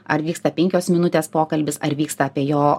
ar vyksta penkios minutės pokalbis ar vyksta apie jo